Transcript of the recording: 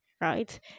right